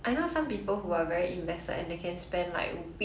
but I'm very tired of doing research recently